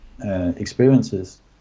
experiences